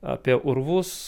apie urvus